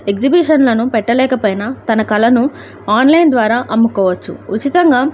ఎగ్జిబిషన్లను పెట్టలేకపోయినా తన కళను ఆన్లైన్ ద్వారా అమ్ముకోవచ్చు ఉచితంగా